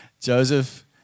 Joseph